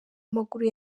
maguru